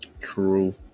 True